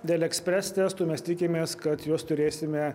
dėl ekspres testų mes tikimės kad juos turėsime